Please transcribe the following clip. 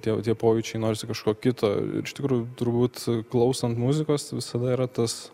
tie jau tie pojūčiai norisi kažko kito ir iš tikrųjų turbūt klausant muzikos visada yra tas